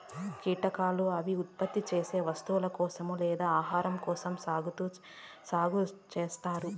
కీటకాలను అవి ఉత్పత్తి చేసే వస్తువుల కోసం లేదా ఆహారం కోసం సాగు చేత్తారు